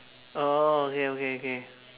orh okay okay okay